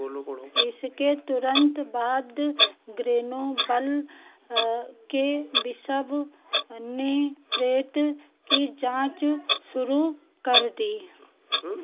इसके तुरंत बाद ग्रेनोबल के बिशप ने प्रेत की जाँच शुरू कर दी